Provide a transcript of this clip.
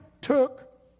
took